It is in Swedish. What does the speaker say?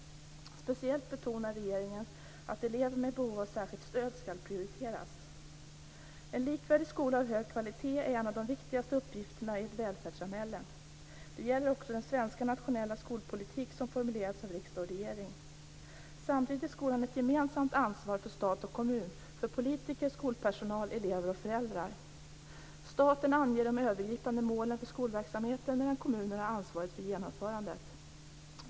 Speciellt betonar regeringen att elever med behov av särskilt stöd skall prioriteras. En likvärdig skola av hög kvalitet är en av de viktigaste uppgifterna i ett välfärdssamhälle. Det gäller också den svenska nationella skolpolitik som formulerats av riksdag och regering. Samtidigt är skolan ett gemensamt ansvar för stat och kommun, för politiker, skolpersonal, elever och föräldrar. Staten anger de övergripande målen för skolverksamheten medan kommunerna har ansvaret för genomförandet.